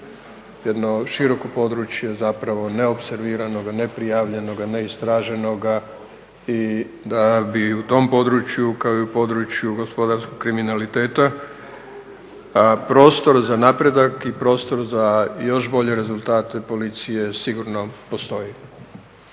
jedno široko područje zapravo neopserviranog, neprijavljenog, neistraženoga i da bi u tom području, kao i u području gospodarskog kriminaliteta prostor za napredak i prostor za još bolje rezultate policije sigurno postoji.